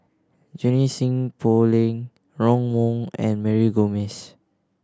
Junie Sng Poh Leng Ron Wong and Mary Gomes